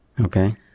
Okay